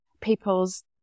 people's